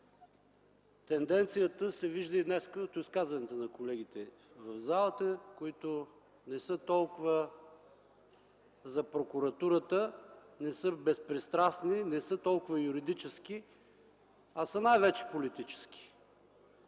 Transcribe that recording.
Тенденцията се вижда и днес от изказването на колегите в залата, които не са толкова за прокуратурата, не са безпристрастни, не са толкова юридически, а са най-вече политически.